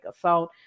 assault